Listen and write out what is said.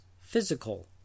physical